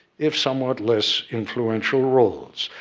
if somewhat less influential, roles.